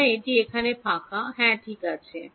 সুতরাং এটি এখানে একটি ফাঁকা হ্যাঁ ঠিক আছে